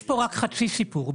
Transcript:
יש פה רק חצי סיפור,